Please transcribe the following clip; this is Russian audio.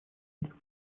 этих